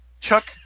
Chuck